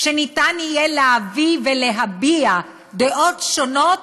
שיהיה אפשר להביא ולהביע דעות שונות